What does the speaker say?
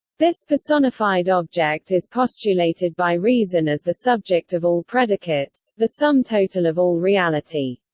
this personified object is postulated by reason as the subject of all predicates, the sum total of all reality.